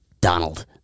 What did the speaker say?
Donald